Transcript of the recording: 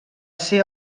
ser